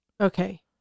Okay